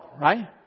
right